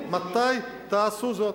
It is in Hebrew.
מתי תעשו זאת.